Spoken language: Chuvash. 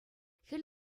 хӗл